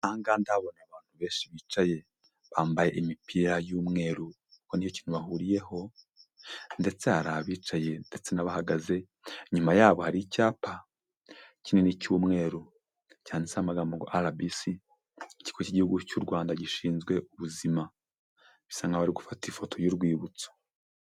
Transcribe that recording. Aha ngaha ndahabona abantu benshi bicaye, bambaye imipira y'umweru, kuko ni cyo kintu bahuriyeho ndetse hari abicaye ndetse n'abahagaze, inyuma yabo hari icyapa kinini cy'umweru, cyanditse amagambo ngo RBC, ikigo cy'igihugu cy'u Rwanda gishinzwe ubuzima, bisa nkaho bari gufata ifoto y'urwibutso.